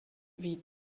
wie